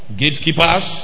gatekeepers